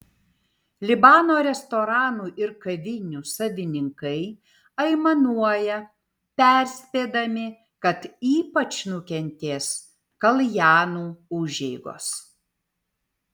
libano restoranų ir kavinių savininkai aimanuoja perspėdami kad ypač nukentės kaljanų užeigos